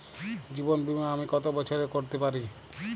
জীবন বীমা আমি কতো বছরের করতে পারি?